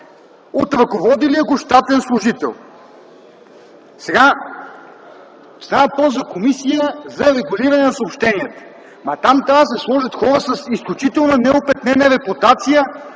от ръководилия го щатен служител. Сега става въпрос за Комисия за регулиране на съобщенията. Там трябва да се сложат хора с изключително неопетнена репутация,